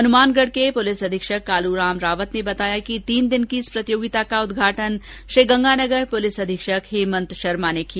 Hanumangarh police े अधीक्षक कालूराम रावत ने बताया कि तीन दिन की इस प्रतियोगिता का उद्घाटन श्रीगंगानगर पुलिस अधीक्षक हेमंत शर्मा ने किया